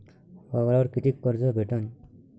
वावरावर कितीक कर्ज भेटन?